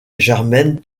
germaine